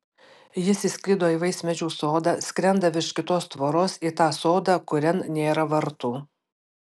jis įskrido į vaismedžių sodą skrenda virš kitos tvoros į tą sodą kurian nėra vartų